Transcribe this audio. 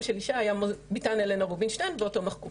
של אישה היה ביתן הלנה רובינשטיין ואתו מחקו